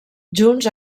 junts